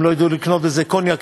הם לא יוכלו לקנות בזה קוניאק,